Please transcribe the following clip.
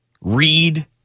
read